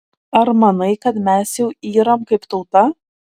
ar manai kad mes jau yram kaip tauta